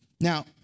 Now